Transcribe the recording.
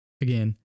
again